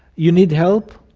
you need help,